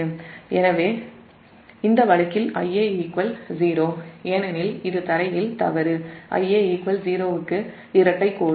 எனவே இந்த வழக்கில் Ia 0 ஏனெனில் இது தரையில் தவறு Ia 0 க்கு இரட்டைக் கோடு